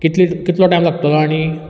कितले कितलो टायम लागतलो आनीक